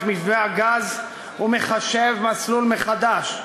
את מתווה הגז ומחשב מסלול מחדש,